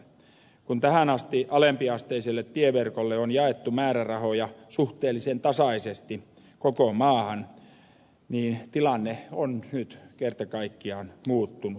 kun tähän asti alempiasteiselle tieverkolle on jaettu määrärahoja suhteellisen tasaisesti koko maahan niin tilanne on nyt kerta kaikkiaan muuttunut